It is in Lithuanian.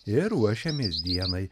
ir ruošiamės dienai